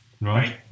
right